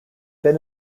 been